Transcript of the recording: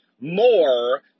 more